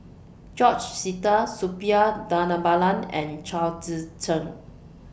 George Sita Suppiah Dhanabalan and Chao Tzee Cheng